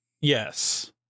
Yes